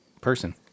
person